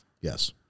Yes